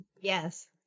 Yes